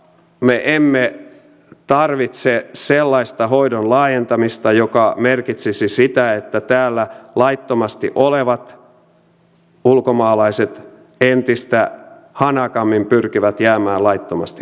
me emme tarvitse sellaista hoidon laajentamista joka merkitsisi sitä että täällä laittomasti olevat ulkomaalaiset entistä hanakammin pyrkivät jäämään laittomasti maahan